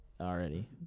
already